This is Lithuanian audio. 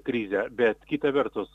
krizę bet kita vertus